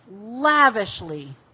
lavishly